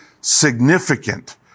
significant